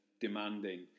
demanding